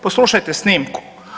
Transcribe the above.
Poslušajte snimku.